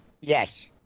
Yes